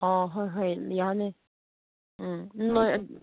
ꯑꯥ ꯍꯣꯏ ꯍꯣꯏ ꯌꯥꯅꯤ ꯎꯝ ꯅꯣꯏ